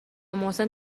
محسن